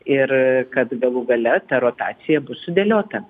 ir kad galų gale ta rotacija bus sudėliota